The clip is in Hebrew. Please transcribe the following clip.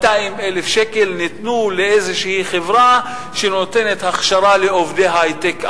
200,000 שקל ניתנו לאיזו חברה שנותנת הכשרה לעובדי היי-טק ערבים.